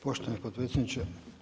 Poštovani potpredsjedniče.